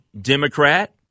Democrat